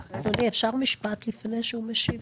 אדוני, אפשר משפט לפני שהוא משיב?